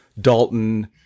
Dalton